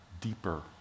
deeper